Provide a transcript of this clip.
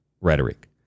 rhetoric